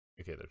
Okay